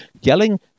yelling